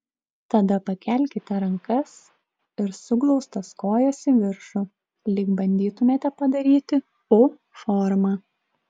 tada pakelkite rankas ir suglaustas kojas į viršų lyg bandytumėte padaryti u formą